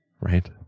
Right